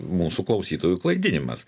mūsų klausytojų klaidinimas